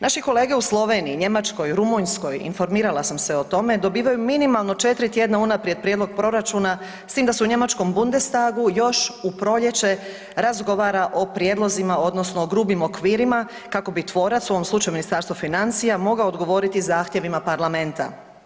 Naši kolege u Sloveniji, Njemačkoj, Rumunjskoj, informirala sam se o tome, dobivaju minimalno 4 tjedna unaprijed prijedlog proračuna, s time da se u njemačkom Bundestagu još u proljeće razgovara o prijedlozima, odnosno o grubim okvirima, kako bi tvorac, u ovom slučaju Ministarstvo financija mogao odgovoriti zahtjevima parlamenta.